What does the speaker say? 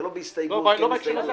זה לא בהסתייגות --- לא בהקשר הזה,